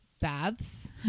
baths